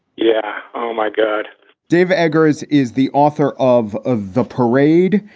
yeah. oh, my god dave eggers is the author of ah the parade.